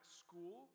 school